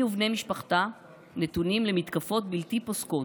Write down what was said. היא ובני משפחתה נתונים למתקפות בלתי פוסקות,